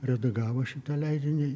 redagavo šitą leidinį